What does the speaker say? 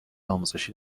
آموزشی